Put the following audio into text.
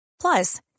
Plus